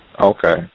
Okay